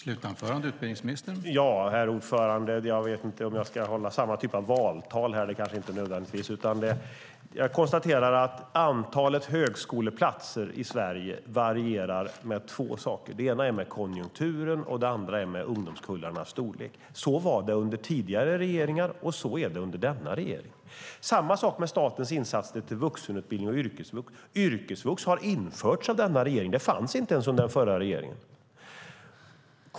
Herr talman! Jag kanske inte nödvändigtvis ska hålla samma typ av valtal som Marie Granlund. Jag konstaterar att antalet högskoleplatser i Sverige varierar med två saker, dels med konjunkturen, dels med ungdomskullarnas storlek. Så har det varit under tidigare regeringar, och så är det under denna regering. Det är samma sak med statens insatser för vuxenutbildning och yrkesvux. Yrkesvux har införts av denna regering. Det fanns inte ens under den förra regeringen.